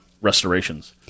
restorations